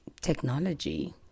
technology